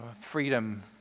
freedom